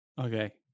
Okay